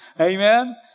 Amen